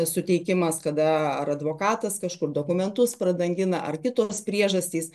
suteikimas kada ar advokatas kažkur dokumentus pradangina ar kitos priežastys